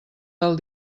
del